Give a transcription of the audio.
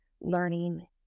learning